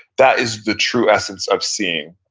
that is the true essence of seeing.